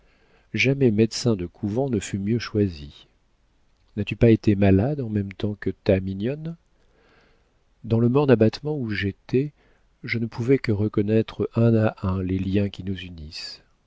jamais médecin de couvent ne fut mieux choisi n'as-tu pas été malade en même temps que ta mignonne dans le morne abattement où j'étais je ne pouvais que reconnaître un à un les liens qui nous unissent